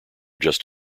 just